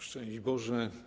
Szczęść Boże!